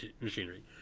machinery